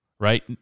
Right